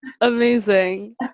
Amazing